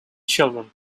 children